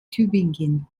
tübingen